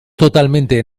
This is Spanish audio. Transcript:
totalmente